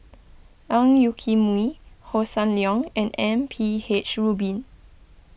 Ang Yoke Mooi Hossan Leong and M P H Rubin